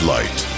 Light